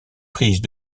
prises